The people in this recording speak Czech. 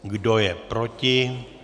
Kdo je proti?